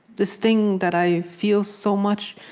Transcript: this thing that i feel so much